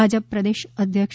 ભાજપ પ્રદેશ અધ્યક્ષ સી